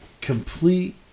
Complete